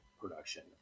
production